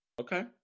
Okay